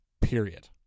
period